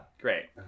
Great